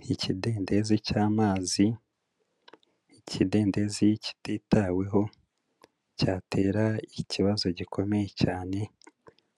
Iki kidendezi cy'amazi, ikidendezi kititaweho cyatera ikibazo gikomeye cyane